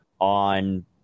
on